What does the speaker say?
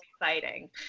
exciting